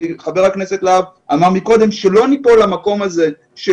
להד אמר קודם שלא ניפול למקום הזה של